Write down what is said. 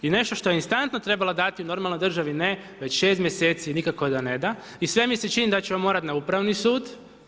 I nešto što je instantno trebala dati, u normalnoj državi ne, već 6 mjeseci nikako da ne da i sve mi se čini da ćemo morati na Upravni sud.